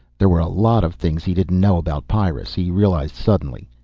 there were a lot of things he didn't know about pyrrus, he realized suddenly.